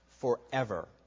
forever